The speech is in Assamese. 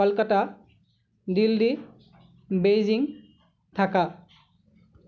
কলকাটা দিল্লী বেইজিং ঢাকা